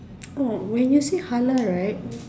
oh when you say halal right